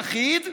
חברי הכנסת,